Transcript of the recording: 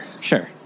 Sure